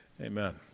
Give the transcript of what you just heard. Amen